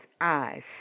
eyes